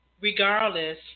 regardless